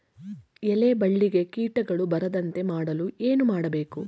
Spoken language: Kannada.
ಎಲೆ ಬಳ್ಳಿಗೆ ಕೀಟಗಳು ಬರದಂತೆ ಮಾಡಲು ಏನು ಮಾಡಬೇಕು?